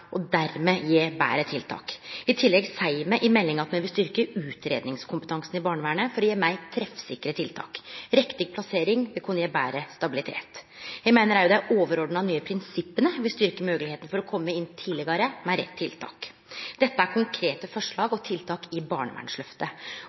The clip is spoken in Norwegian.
og dermed for å få til betre tiltak. I tillegg seier me i proposisjonen at me vil styrkje utgreiingskompetansen i barnevernet for å gje meir treffsikre tiltak. Riktig plassering vil kunne gje betre stabilitet. Eg meiner òg at dei overordna nye prinsippa vil styrkje moglegheita for å kome inn tidlegare med rett tiltak. Dette er konkrete forslag